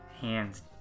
Hands